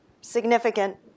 significant